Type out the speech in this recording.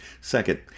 Second